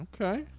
Okay